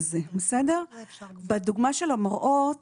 בדוגמה של המראות